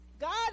God